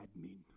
admin